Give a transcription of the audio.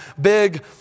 big